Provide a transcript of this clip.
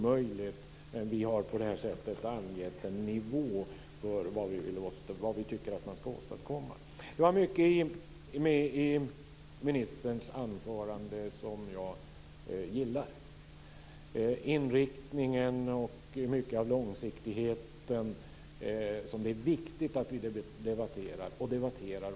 Men vi har angett en nivå för vad vi tycker att man ska åstadkomma. Det var mycket i ministerns anförande som jag gillade. Det är viktigt att vi debatterar inriktningen och långsiktigheten, något som vi debatterar på tok för lite i den här kammaren.